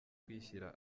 kwishyira